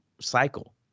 cycle